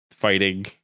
fighting